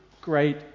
great